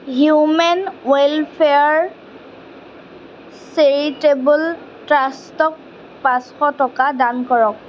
human welfare charitable ট্ৰাষ্টক পাঁচশ টকা দান কৰক